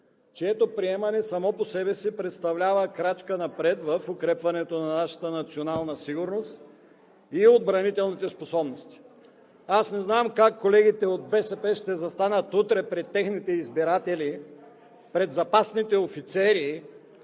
чието приемане само по себе си представлява крачка напред в укрепването на нашата национална сигурност и отбранителните способности. Не знам как колегите от БСП ще застанат утре пред техните избиратели, пред запасните офицери,